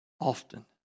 Often